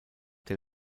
der